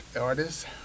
artists